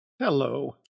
Hello